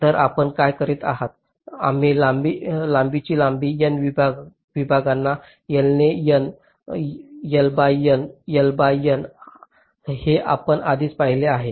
तर आपण काय करीत आहात आम्ही लांबीची लांबीची N विभागांना L ने N L by N L by N हे आपण आधीच पाहिले आहे